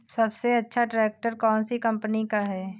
सबसे अच्छा ट्रैक्टर कौन सी कम्पनी का है?